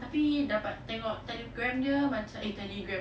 tapi dapat tengok telegram dia eh telegram